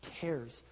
cares